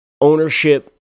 ownership